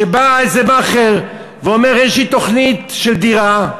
בא איזה מאכער ואומר: יש לי תוכנית של דירה,